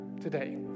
today